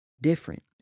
different